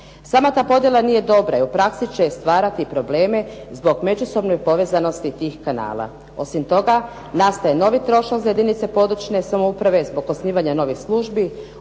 Sama ta podjela nije dobra, i u praksi će stvarati probleme zbog međusobne povezanosti tih kanala. Osim toga nastaje novi trošak za jedinice područne samouprave, zbog osnivanja novih službi,